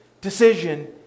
decision